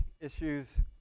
issues